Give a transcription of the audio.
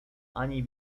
ani